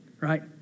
right